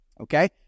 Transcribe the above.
okay